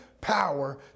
power